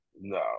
No